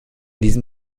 diesem